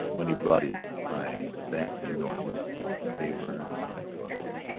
when he brought his eyes back to norton's they were speculative.